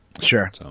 Sure